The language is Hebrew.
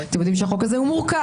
אתם יודעים שהחוק הזה מורכב,